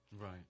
Right